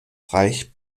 reich